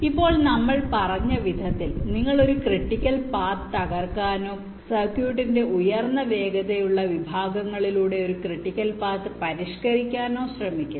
ഇപ്പോൾ നമ്മൾ പറഞ്ഞ വിധത്തിൽ നമ്മൾ ഒരു ക്രിട്ടിക്കൽ പാത്ത് തകർക്കാനോ സർക്യൂട്ടിന്റെ ഉയർന്ന വേഗതയുള്ള വിഭാഗങ്ങളിലൂടെ ഒരു ക്രിട്ടിക്കൽ പാത്ത് പരിഷ്കരിക്കാനോ ശ്രമിക്കുന്നു